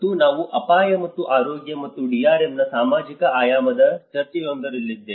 ಮತ್ತು ನಾನು ಅಪಾಯ ಮತ್ತು ಆರೋಗ್ಯ ಮತ್ತು DRM ನ ಸಾಮಾಜಿಕ ಆಯಾಮದ ಚರ್ಚೆಯೊಂದರಲ್ಲಿದ್ದೆ